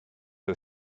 are